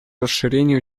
расширение